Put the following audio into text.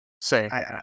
say